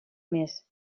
més